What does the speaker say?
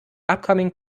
upcoming